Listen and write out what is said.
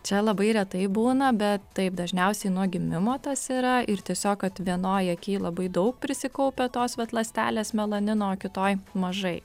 čia labai retai būna bet taip dažniausiai nuo gimimo tas yra ir tiesiog kad vienoj aky labai daug prisikaupę tos vat ląstelės melanino o kitoj mažai